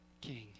king